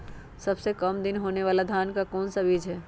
सबसे काम दिन होने वाला धान का कौन सा बीज हैँ?